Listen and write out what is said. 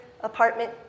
apartment